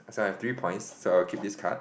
so I have three points so I'll keep this card